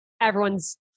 everyone's